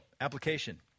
application